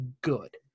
good